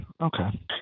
Okay